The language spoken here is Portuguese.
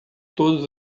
todos